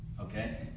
Okay